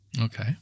Okay